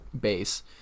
base